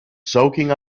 soaking